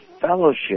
fellowship